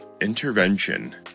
Intervention